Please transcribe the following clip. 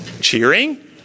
Cheering